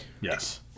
Yes